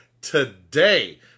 today